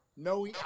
No